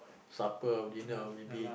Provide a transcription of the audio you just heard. supper dinner maybe